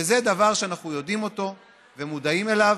וזה דבר שאנחנו יודעים אותו ומודעים אליו,